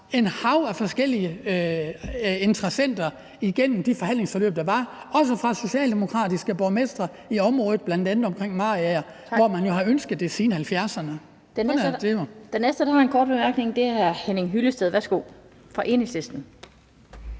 et hav af forskellige interessenter igennem de forhandlingsforløb, der var – også fra socialdemokratiske borgmestre i området, bl.a. ved Mariager, hvor man jo har ønsket det siden 1970'erne. Kl. 19:15 Den fg. formand (Annette Lind): Den næste korte bemærkning er fra hr. Henning Hyllested, Enhedslisten.